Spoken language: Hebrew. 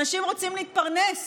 אנשים רוצים להתפרנס,